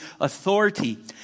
authority